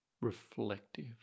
Reflective